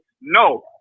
no